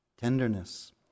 tenderness